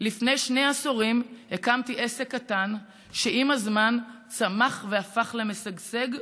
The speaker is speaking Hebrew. לפני שני עשורים הקמתי עסק קטן שעם הזמן צמח והפך למשגשג,